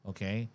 Okay